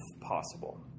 possible